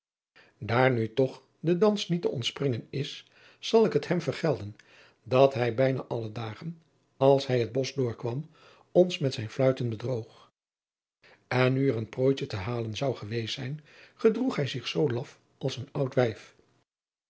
aar nu toch den dans niet te ontspringen is zal ik het hem vergelden dat hij driaan oosjes zn et leven van aurits ijnslager bijna alle dagen als hij het bosch doorkwam ons met zijn fluiten bedroog en nu er een prooitje te halen zou geweest zijn gedroeg hij zich zoo laf als een oud wijf